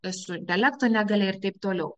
su intelekto negalia ir taip toliau